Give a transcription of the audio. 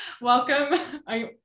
Welcome